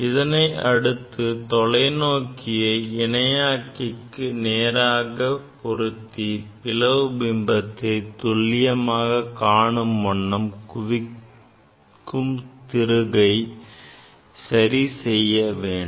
இதனை அடுத்து தொலைநோக்கியை இணையாக்கிக்கு நேராக பொருத்தி பிளவு பிம்பத்தை துல்லியமாக காணும் வகையில் குவிக்கும் திருகை சரி செய்ய வேண்டும்